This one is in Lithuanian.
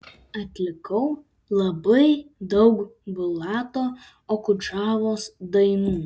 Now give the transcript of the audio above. atlikau labai daug bulato okudžavos dainų